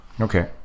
Okay